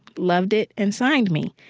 loved it and signed me.